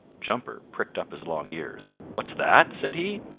jumper pricked up his long ears. what's that? said he.